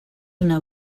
una